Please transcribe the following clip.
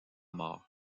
mort